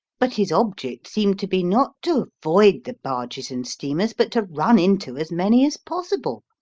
but his object seemed to be not to avoid the barges and steamers but to run into as many as possible.